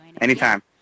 anytime